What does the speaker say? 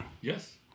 Yes